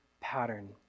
pattern